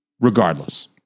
Regardless